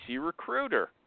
recruiter